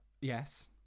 Yes